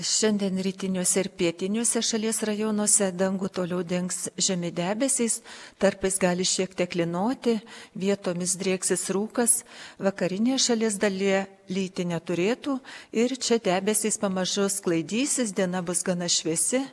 šiandien rytiniuose ir pietiniuose šalies rajonuose dangų toliau dengs žemi debesys tarpais gali šiek tiek lynoti vietomis drieksis rūkas vakarinėje šalies dalyje lyti neturėtų ir čia debesys pamažu sklaidysis diena bus gana šviesi